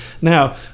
Now